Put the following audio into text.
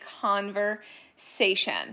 conversation